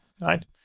right